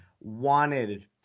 wanted